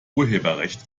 urheberrecht